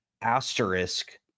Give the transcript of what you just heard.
Asterisk